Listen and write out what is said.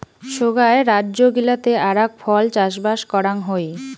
সোগায় রাজ্য গিলাতে আরাক ফল চাষবাস করাং হই